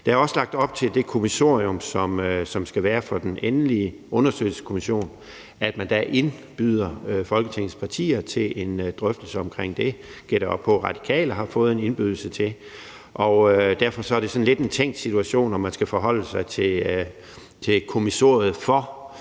Der er også lagt op til i forhold til det kommissorium, som der skal være for den endelige undersøgelseskommission, at man da indbyder Folketingets partier til en drøftelse omkring det. Det gætter jeg også på at Radikale har fået en indbydelse til, og derfor er det sådan lidt en tænkt situation, om man skal forholde sig til kommissoriet for